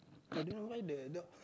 I don't know why the dog